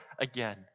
again